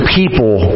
people